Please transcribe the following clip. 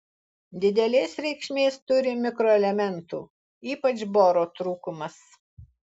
didelės reikšmės turi mikroelementų ypač boro trūkumas